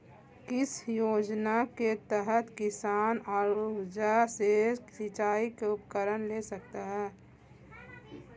किस योजना के तहत किसान सौर ऊर्जा से सिंचाई के उपकरण ले सकता है?